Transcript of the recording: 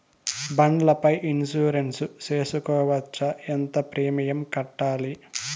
బండ్ల పై ఇన్సూరెన్సు సేసుకోవచ్చా? ఎంత ప్రీమియం కట్టాలి?